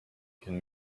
can